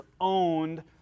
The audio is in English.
owned